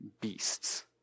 beasts